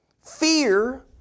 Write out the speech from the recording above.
Fear